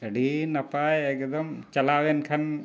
ᱟᱹᱰᱤ ᱱᱟᱯᱟᱭ ᱮᱠᱫᱚᱢ ᱪᱟᱞᱟᱣ ᱮᱱ ᱠᱷᱟᱱ